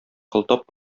кылтап